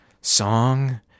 song